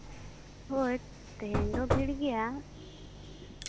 ᱦᱳᱭ ᱛᱮᱦᱤᱧ ᱫᱚ ᱵᱷᱤᱲ ᱜᱮᱭᱟ